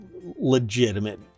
legitimate